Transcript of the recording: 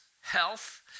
health